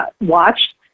watched